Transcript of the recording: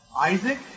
Isaac